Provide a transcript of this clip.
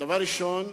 דבר ראשון,